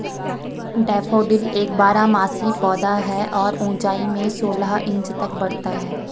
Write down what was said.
daffodil एक बारहमासी पौधा है और ऊंचाई में सोलह इंच तक बढ़ता है